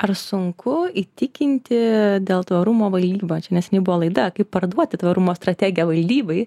ar sunku įtikinti dėl tvarumo valdybą čia neseniai buvo laida kaip parduoti tvarumo strategiją valdybai